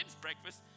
breakfast